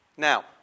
Now